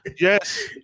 Yes